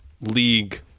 league